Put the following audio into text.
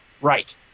Right